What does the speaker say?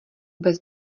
bez